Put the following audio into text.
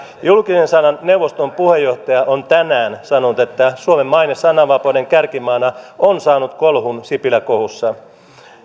julkisen sanan neuvoston puheenjohtaja on tänään sanonut että suomen maine sananvapauden kärkimaana on saanut kolhun sipilä kohussa